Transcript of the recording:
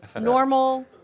Normal